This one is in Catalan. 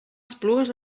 esplugues